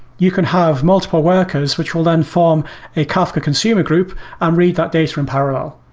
you can have multiple workers which will then form a kafka consumer group and read that data in parallel.